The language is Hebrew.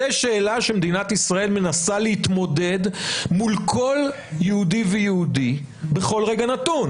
זה שאלה שמדינת ישראל מנסה להתמודד מול כל יהודי ויהודי בכל רגע נתון,